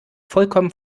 vollkommen